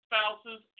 spouses